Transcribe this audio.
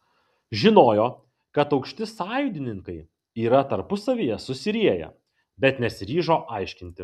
žinojo kad aukšti sąjūdininkai yra tarpusavyje susirieję bet nesiryžo aiškinti